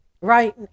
right